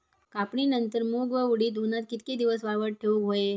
कापणीनंतर मूग व उडीद उन्हात कितके दिवस वाळवत ठेवूक व्हये?